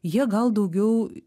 jie gal daugiau